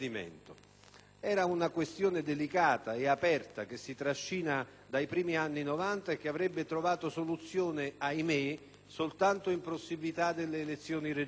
Era una questione delicata e aperta, che si trascina dai primi anni '90 e che avrebbe trovato soluzione - ahimè -soltanto in prossimità delle elezioni regionali.